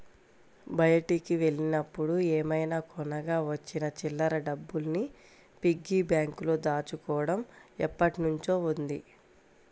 బయటికి వెళ్ళినప్పుడు ఏమైనా కొనగా వచ్చిన చిల్లర డబ్బుల్ని పిగ్గీ బ్యాంకులో దాచుకోడం ఎప్పట్నుంచో ఉంది